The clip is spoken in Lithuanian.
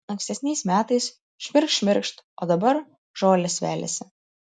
ankstesniais metais šmirkšt šmirkšt o dabar žolės veliasi